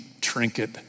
trinket